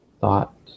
thought